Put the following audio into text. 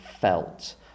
felt